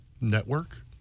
network